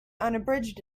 unabridged